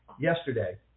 yesterday